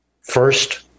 First